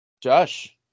Josh